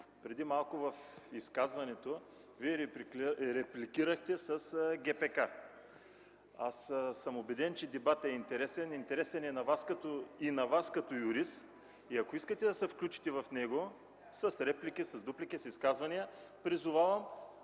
Преди малко в изказването ми Вие ме репликирахте с ГПК. Аз съм убеден, че дебатът е интересен. Интересен е и на Вас като юрист. Ако искате да се включите в него с реплики, с дуплики, с изказвания, призовавам